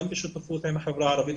גם בשותפות עם החברה הערבית.